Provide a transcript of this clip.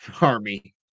army